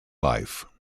life